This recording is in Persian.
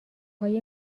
های